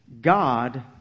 God